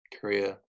Korea